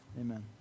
Amen